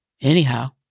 Anyhow